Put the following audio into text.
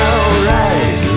alright